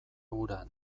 hura